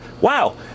wow